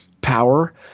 power